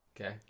Okay